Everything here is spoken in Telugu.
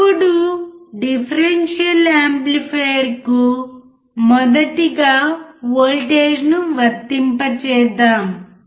ఇప్పుడు డిఫరెన్షియల్ యాంప్లిఫైయర్కు మొదటిగా వోల్టేజ్ను వర్తింపజేద్దాం